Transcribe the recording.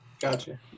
Gotcha